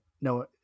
No